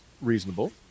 reasonable